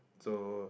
so